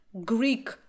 greek